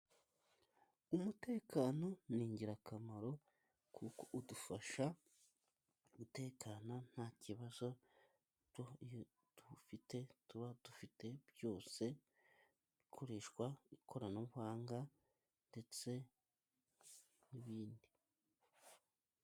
Umutekano ni ingirakamaro kuko udufasha gutekana nta kibazo dufite, tuba dufite byose ikoreshwa ikoranabuhanga ndetse n'ibindi.